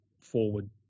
forward